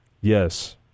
Yes